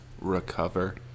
recover